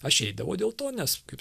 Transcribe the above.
aš eidavau dėl to nes kaip